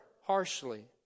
harshly